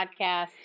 podcast